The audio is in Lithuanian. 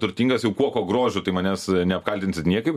turtingas jau kuo kuo grožiu tai manęs neapkaltinsit niekaip